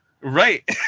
Right